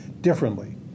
differently